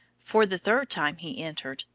for the third time he entered,